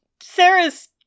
Sarah's